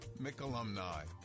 McAlumni